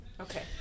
Okay